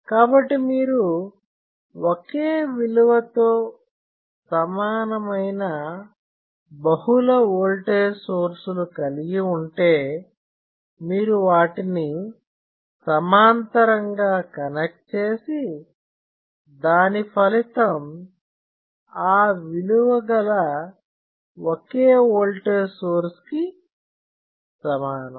కాబట్టి మీరు ఒకే విలువతో సమానమైన బహుళ ఓల్టేజ్ సోర్స్ లను కలిగి ఉంటే మీరు వాటిని సమాంతరంగా కనెక్ట్ చేసి దాని ఫలితం ఆ విలువ గల ఒకే ఓల్టేజ్ సోర్స్ కి సమానం